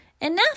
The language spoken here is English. Enough